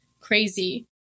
crazy